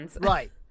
Right